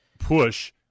push